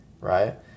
right